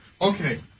Okay